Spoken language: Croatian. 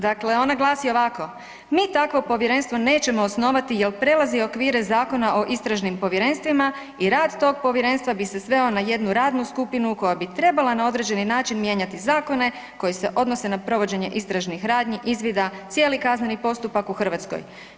Dakle, ona glasi ovako, mi takvo povjerenstvo nećemo osnovati jer prelazi okvire zakona o istražnim povjerenstvima i rad tog povjerenstva bi se sveo na jednu radnu skupinu koja bi trebala na određeni način mijenjati zakone koji se odnose na provođenje istražnih radnji, izvida, cijeli kazneni postupak u Hrvatskoj.